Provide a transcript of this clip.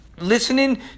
listening